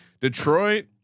Detroit